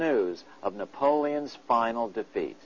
news of napoleon's final defeat